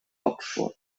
oxford